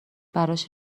براش